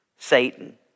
Satan